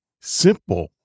simple